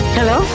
Hello